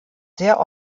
sehr